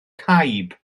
caib